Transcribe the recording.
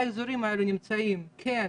האזורים האלה נמצאים כן,